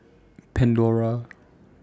Pandora